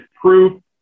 proof